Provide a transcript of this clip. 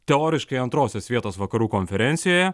teoriškai antrosios vietos vakarų konferencijoje